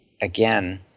again